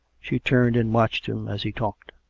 she turned and watched him as he talked.